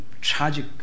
tragic